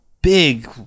big